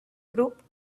group